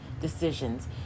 decisions